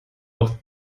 auch